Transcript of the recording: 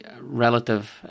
relative